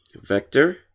vector